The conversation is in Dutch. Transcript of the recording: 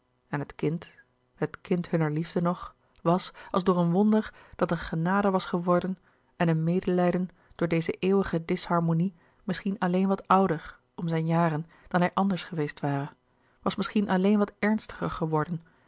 en het kind het kind hunner liefde nog louis couperus de boeken der kleine zielen was als door een wonder dat een genade was geworden en een medelijden door deze eeuwige disharmonie misschien alleen wat ouder om zijne jaren dan hij anders geweest ware was misschien alleen wat ernstiger geworden